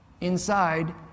inside